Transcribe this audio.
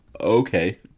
okay